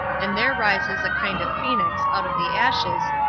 and there rises a kind of phoenix out of the ashes,